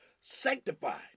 sanctified